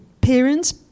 parents